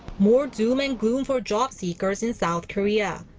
more doom and gloom for jobseekers in south korea.